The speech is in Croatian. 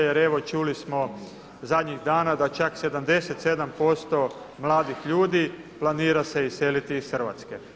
Jer evo čuli smo zadnjih dana da čak 77% mladih ljudi planira se iseliti iz Hrvatske.